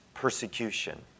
persecution